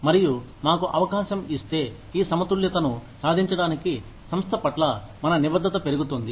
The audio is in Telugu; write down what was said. మరియు మాకు అవకాశం ఇస్తే ఈ సమతుల్యతను సాధించడానికి సంస్థ పట్ల మన నిబద్ధత పెరుగుతుంది